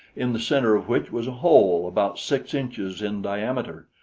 in the center of which was a hole about six inches in diameter.